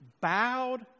bowed